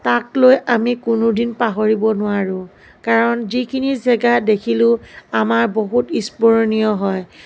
তাক লৈ আমি কোনোদিন পাহৰিব নোৱাৰোঁ কাৰণ যিখিনি জেগা দেখিলোঁ আমাৰ বহুত স্মৰণীয় হয়